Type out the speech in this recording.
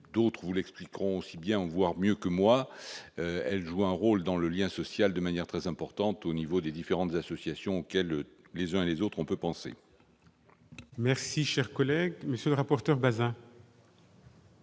d'autres vous l'expliqueront aussi bien en voir mieux que moi, elle joue un rôle dans le lien social, de manière très importante au niveau des différentes associations auxquelles les uns et les autres, on peut penser. Merci, chers collègues, monsieur le rapporteur Bazin.